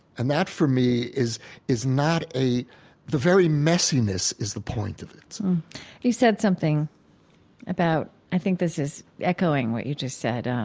and that for me is is not a the very messiness is the point of it you said something about i think this is echoing what you just said, um